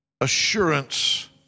assurance